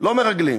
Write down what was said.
לא מרגלים